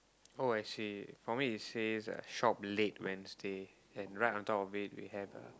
oh I see for me it says uh shop late wednesday and right on top of it we have a